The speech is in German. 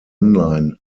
online